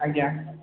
ଆଜ୍ଞା